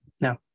No